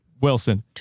Wilson